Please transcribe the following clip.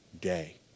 day